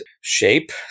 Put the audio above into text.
shape